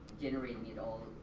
generating it all